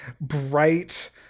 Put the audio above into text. bright